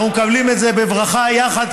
אנחנו מקבלים את זה בברכה יחד,